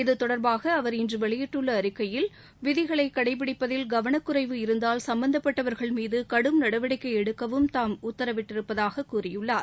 இத்தொடர்பாக அவர் இன்று வெளியிட்டுள்ள அறிக்கையில் விதிகளை கடைப்பிடிப்பதில் கவனக்குறைவு இருந்தால் சம்மந்தப்பட்டவர்கள் மீது கடும் நடவடிக்கை எடுக்கவும் தாம் உத்தரவிட்டிருப்பதாக கூறியுள்ளார்